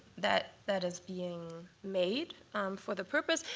that that is being made for the purpose.